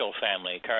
family